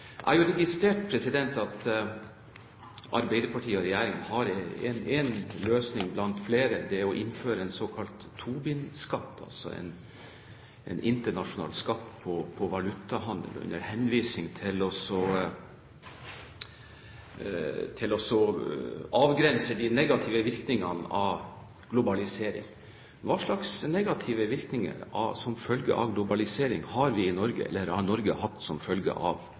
regjeringen har én løsning blant flere. Den ene er å innføre en såkalt Tobin-skatt – altså en internasjonal skatt på valutahandel – med henvisning til å avgrense de negative virkningene av globalisering. Hva slags negative virkninger har vi hatt i Norge som følge av globalisering?